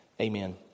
amen